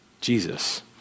Jesus